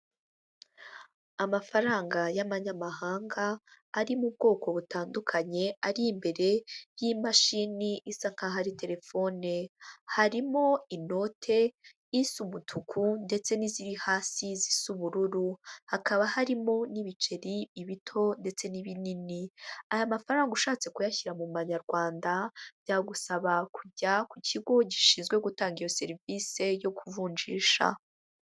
Amafaranga y'amanyamahanga ari mu bwoko butandukanye ari imbere y'imashini isaka ahari telefone, harimo inote isa umutuku ndetse n'iziri hasi zisa ubururu, hakaba harimo n'ibiceri ibito ndetse n'ibinini. Aya mafaranga ushatse kuyashyira mumanyarwanda byagusaba kujya ku kigo gishinzwe gutanga iyo serivise yo kuvunjisha.